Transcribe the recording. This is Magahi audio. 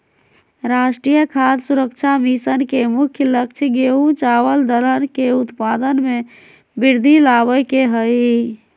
राष्ट्रीय खाद्य सुरक्षा मिशन के मुख्य लक्ष्य गेंहू, चावल दलहन के उत्पाद में वृद्धि लाबे के हइ